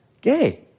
gay